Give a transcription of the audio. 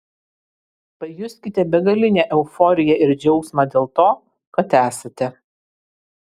pajuskite begalinę euforiją ir džiaugsmą dėl to kad esate